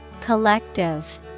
Collective